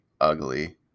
ugly